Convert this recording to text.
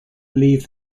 leave